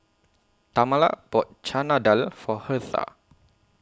Tamala bought Chana Dal For Hertha